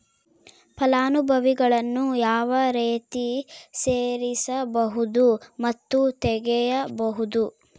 ಫಲಾನುಭವಿಗಳನ್ನು ಯಾವ ರೇತಿ ಸೇರಿಸಬಹುದು ಮತ್ತು ತೆಗೆಯಬಹುದು?